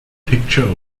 picture